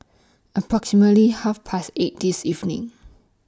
approximately Half Past eight This evening